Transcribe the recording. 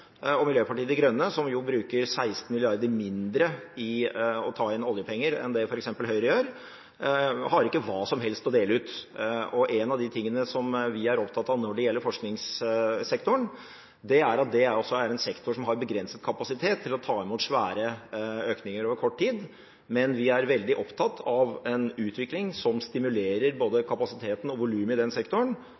og Miljøpartiet De Grønne – som jo bruker 16 mrd. kr mindre i å ta inn oljepenger enn det f.eks. Høyre gjør – har ikke hva som helst å dele ut. En av de tingene vi er opptatt av når det gjelder forskningssektoren, er at dette også er en sektor som har begrenset kapasitet til å ta imot svære økninger over kort tid, men vi er veldig opptatt av en utvikling som stimulerer både kapasiteten og volumet i den sektoren